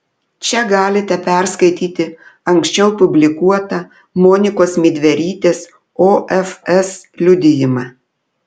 čia galite perskaityti anksčiau publikuotą monikos midverytės ofs liudijimą